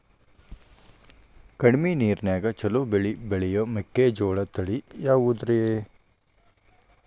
ಕಡಮಿ ನೇರಿನ್ಯಾಗಾ ಛಲೋ ಬೆಳಿ ಬೆಳಿಯೋ ಮೆಕ್ಕಿಜೋಳ ತಳಿ ಯಾವುದ್ರೇ?